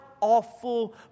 awful